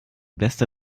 beste